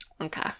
Okay